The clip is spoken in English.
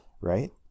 right